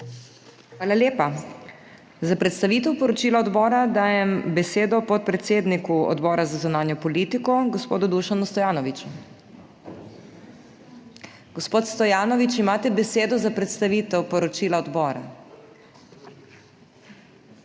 Hvala lepa. Za predstavitev poročila odbora dajem besedo podpredsedniku Odbora za zunanjo politiko, gospodu Dušanu Stojanoviču. Gospod Stojanovič, imate besedo za predstavitev poročila odbora.